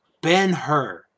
Ben-Hur